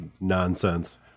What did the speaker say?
nonsense